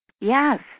Yes